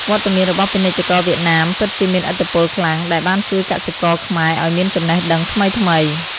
វត្តមានរបស់ពាណិជ្ជករវៀតណាមពិតជាមានឥទ្ធិពលខ្លាំង ដែលបានជួយកសិករខ្មែរឱ្យមានចំណេះដឹងថ្មីៗ។